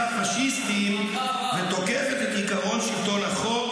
פשיסטיים ותוקפת את עקרון שלטון החוק,